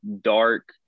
dark